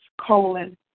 colon